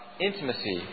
intimacy